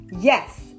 Yes